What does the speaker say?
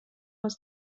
was